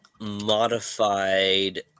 modified